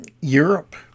Europe